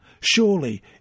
Surely